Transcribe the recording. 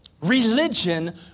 Religion